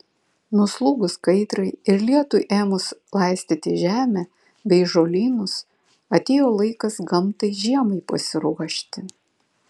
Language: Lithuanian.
nuslūgus kaitrai ir lietui ėmus laistyti žemę bei žolynus atėjo laikas gamtai žiemai pasiruošti